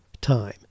time